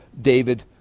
David